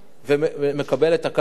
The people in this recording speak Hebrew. והוא מקבל את הקרקע.